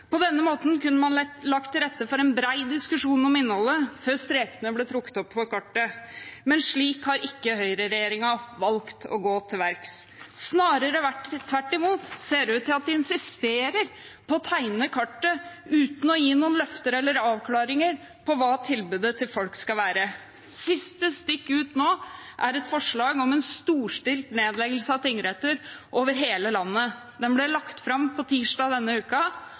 På den måten kunne man lagt til rette for en bred diskusjon om innholdet før strekene ble trukket opp på kartet, men slik har ikke høyreregjeringen valgt å gå til verks. Snarere tvert imot, det ser ut til at de insisterer på å tegne kartet uten å gi noen løfter eller avklaringer av hva tilbudet til folk skal være. Siste stikk ut nå er et forslag om en storstilt nedleggelse av tingretter over hele landet. Rapporten ble lagt fram tirsdag denne